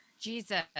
Jesus